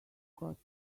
got